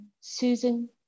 Susan